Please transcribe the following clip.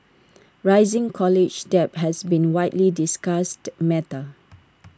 rising college debt has been widely discussed matter